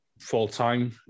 full-time